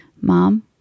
Mom